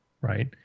right